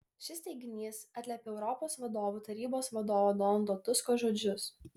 šis teiginys atliepia europos vadovų tarybos vadovo donaldo tusko žodžius